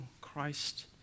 Christ